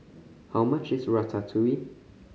how much is Ratatouille